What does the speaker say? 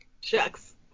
Shucks